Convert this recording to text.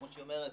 כמו שהיא אומרת,